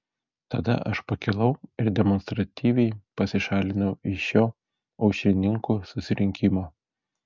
tada aš pakilau ir demonstratyviai pasišalinau iš šio aušrininkų susirinkimo